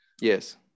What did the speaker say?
yes